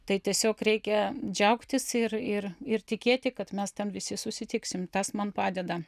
tai tiesiog reikia džiaugtis ir ir ir tikėti kad mes ten visi susitiksim tas man padeda